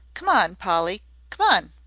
come on, polly come on.